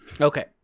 Okay